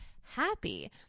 happy